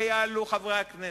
ויעלו חברי הכנסת,